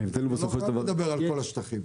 לא חייבים לדבר על כל השטחים.